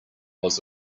was